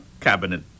cabinet